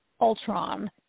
Ultron